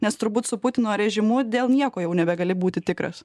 nes turbūt su putino režimu dėl nieko jau nebegali būti tikras